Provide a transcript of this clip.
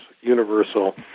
universal